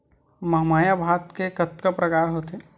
महमाया भात के कतका प्रकार होथे?